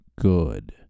good